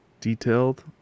detailed